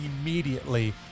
immediately